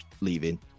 leaving